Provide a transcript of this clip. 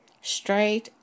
Straight